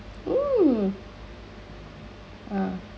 mm ah